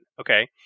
okay